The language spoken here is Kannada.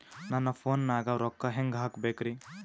ನನ್ನ ಫೋನ್ ನಾಗ ರೊಕ್ಕ ಹೆಂಗ ಹಾಕ ಬೇಕ್ರಿ?